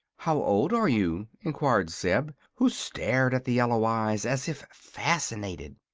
how old are you? enquired zeb, who stared at the yellow eyes as if fascinated.